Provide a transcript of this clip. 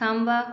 थांबा